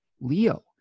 Leo